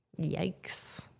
Yikes